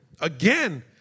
Again